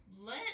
Let